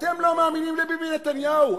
אתם לא מאמינים לביבי נתניהו,